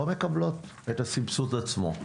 לא מקבלות את הסבסוד עצמו,